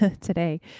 today